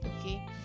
Okay